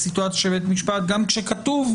לסיטואציה של בית משפט, גם כשכתוב,